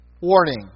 warning